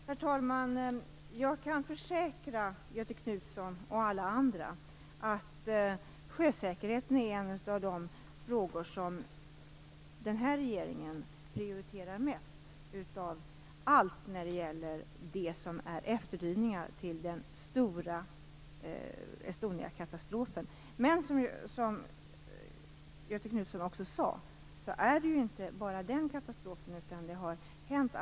Herr talman! Jag kan försäkra Göthe Knutson och alla andra att sjösäkerheten är en av de frågor som den här regeringen prioriterar mest av allt när det gäller efterdyningarna till den stora Estoniakatastrofen. Men som Göthe Knutson också sade handlar det inte bara om den katastrofen. Andra saker har också hänt.